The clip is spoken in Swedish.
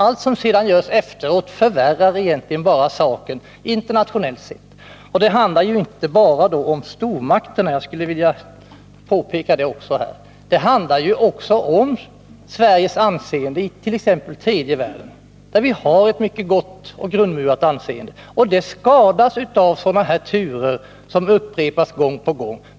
Allt som sedan görs efteråt förvärrar egentligen bara saken internationellt sett. Jag skulle också vilja påpeka att det handlar inte bara om stormakterna. Det handlar också om Sveriges anseende it.ex. tredje världen, där vi har ett grundmurat, mycket gott anseende. Det skadas av sådana här turer som upprepas gång på gång.